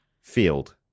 Field